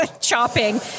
chopping